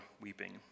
weeping